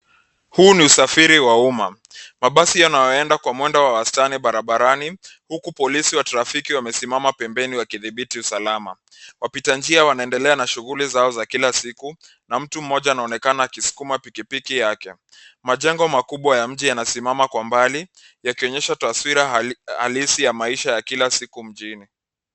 Huu ni usafiri wa umma. Mabasi yanayoenda kwa mwendo wa wastani barabarani, huku polisi wa trafiki wamesimama pembeni wakidhibiti usalama. Wapita njia wanaendelea na shughuli zao za kila siku na mtu mmoja anaonekana akisukuma pikipiki yake. Majengo makubwa ya mji yanasimama kwa mbali, yakionyesha taswira halisi ya maisha ya kila siku mjini.